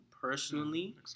personally